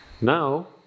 Now